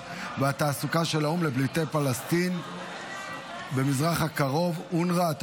והתעסוקה של האו"ם לפליטי פלסטין במזרח הקרוב (אונר"א)),